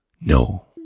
No